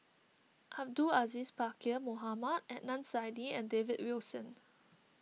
Abdul Aziz Pakkeer Mohamed Adnan Saidi and David Wilson